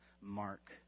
Mark